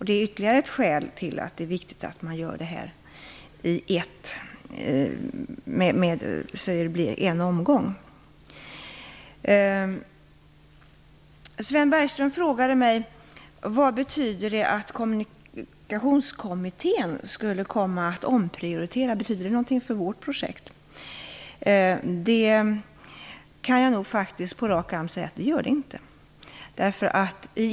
Det är ytterligare ett skäl till att det är viktigt att genomförandet sker i en omgång. Sven Bergström frågade mig vad det betyder för detta projekt att Trafikkommittén skulle komma att omprioritera. Jag kan på rak arm säga att det inte betyder något.